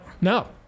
No